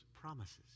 promises